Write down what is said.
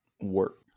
work